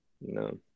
no